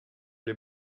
les